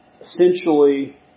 Essentially